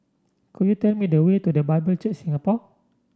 could you tell me the way to The Bible Church Singapore